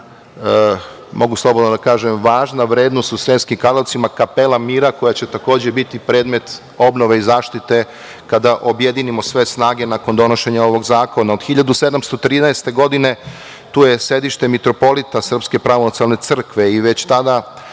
mogu slobodno da kažem, važna vrednost u Sremskim Karlovcima, Kapela mira koja će takođe biti predmet obnove i zaštite kada objedinimo sve snage nakon donošenja ovog zakona. Od 1713. godine tu je sedište mitropolije SPC i već tada